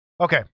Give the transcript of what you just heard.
Okay